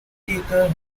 whitaker